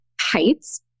heights